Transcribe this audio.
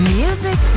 music